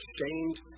shamed